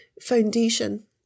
foundation